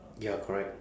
ya correct